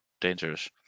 dangerous